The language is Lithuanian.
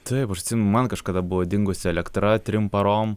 taip aš atsimenu man kažkada buvo dingusi elektra trim parom